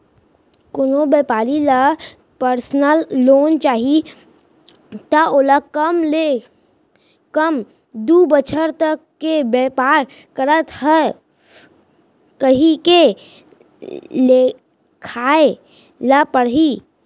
कोनो बेपारी ल परसनल लोन चाही त ओला कम ले कम दू बछर तक के बेपार करत हँव कहिके देखाए ल परही